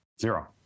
zero